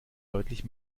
deutlich